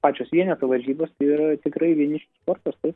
pačios vienetų varžybos tai yra tikrai vienišių sportas taip